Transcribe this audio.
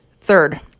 Third